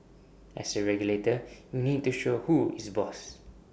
as A regulator you need to show who is boss